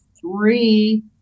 three